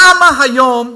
למה היום,